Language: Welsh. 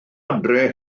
adre